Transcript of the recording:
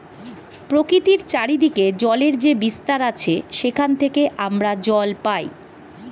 প্রকৃতির চারিদিকে জলের যে বিস্তার আছে সেখান থেকে আমরা জল পাই